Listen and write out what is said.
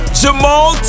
jamal